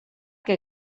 que